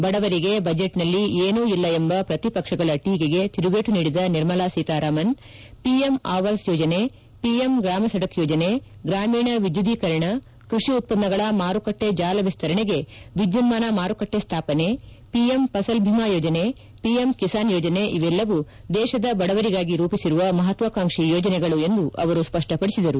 ಬಡವರಿಗೆ ಬಜೆಟ್ನಲ್ಲಿ ಏನೂ ಇಲ್ಲ ಎಂಬ ಪ್ರತಿಪಕ್ಷಗಳ ಟೀಕೆಗೆ ತಿರುಗೇಟು ನೀಡಿದ ನಿರ್ಮಲಾ ಸೀತಾರಾಮನ್ ಪಿಎಂ ಆವಾಸ್ ಯೋಜನೆ ಪಿಎಂ ಗ್ರಾಮ ಸಡಕ್ ಯೋಜನೆ ಗ್ರಾಮೀಣ ವಿದ್ಯುದೀಕರಣ ಕೃಷಿ ಉತ್ಪನ್ನಗಳ ಮಾರುಕಟ್ಟೆ ಜಾಲ ವಿಸ್ತರಣೆಗೆ ವಿದ್ಯುನ್ನಾನ ಮಾರುಕಟ್ಟೆ ಸ್ಥಾಪನೆ ಪಿಎಂ ಪಸಲ್ ಭೀಮಾ ಯೋಜನೆ ಪಿಎಂ ಕಿಸಾನ್ ಯೋಜನೆ ಇವೆಲ್ಲವೂ ದೇತದ ಬಡವರಿಗಾಗಿ ರೂಪಿಸಿರುವ ಮಹತ್ನಾಕಾಂಕ್ಷಿ ಯೋಜನೆಗಳು ಎಂದು ಅವರು ಸ್ವಪ್ನಪಡಿಸಿದರು